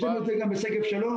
יש לנו את זה בשגב שלום.